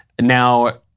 Now